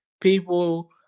people